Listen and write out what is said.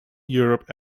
europe